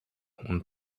und